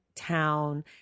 town